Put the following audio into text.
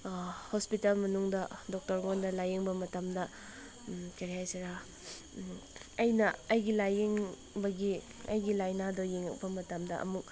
hospital ꯃꯅꯨꯡꯗ ꯗꯣꯛꯇꯔꯉꯣꯟꯗ ꯂꯥꯏꯌꯦꯡꯕ ꯃꯇꯝꯗ ꯀꯔꯤ ꯍꯥꯏꯁꯤꯔꯥ ꯑꯩꯅ ꯑꯩꯒꯤ ꯂꯥꯏꯌꯦꯡꯕꯒꯤ ꯑꯩꯒꯤ ꯂꯥꯏꯅꯥꯗꯣ ꯌꯦꯡꯉꯛꯄ ꯃꯇꯝꯗ ꯑꯃꯨꯛ